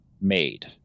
made